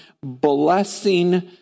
blessing